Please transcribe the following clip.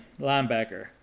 linebacker